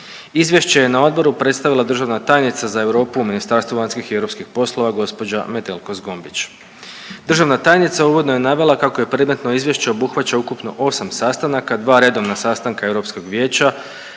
Izvješće je na odboru predstavila državna tajnica za Europu u MVEP-u gospođa Metelko Zgombić. Državna tajnica uvodno je navela kako je predmetno izvješće obuhvaća osam sastanaka, dva redovna sastanka Europskog vijeća